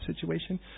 situation